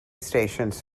stations